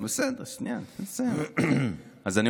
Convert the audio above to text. בסדר, שנייה, אני אסיים.